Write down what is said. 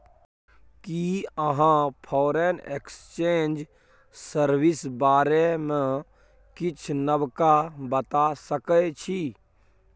कि अहाँ foreign exchange service बारे मे किछ नबका बता सकै छी